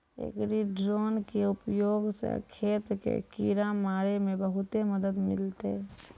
agri drone के उपयोग स खेत कॅ किड़ा मारे मॅ बहुते मदद मिलतै